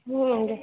ए हजुर